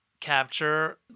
capture